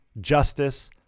justice